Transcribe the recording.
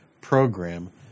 Program